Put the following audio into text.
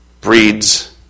breeds